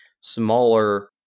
smaller